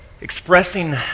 expressing